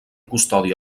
custòdia